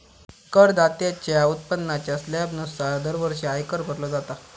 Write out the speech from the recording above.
करदात्याच्या उत्पन्नाच्या स्लॅबनुसार दरवर्षी आयकर भरलो जाता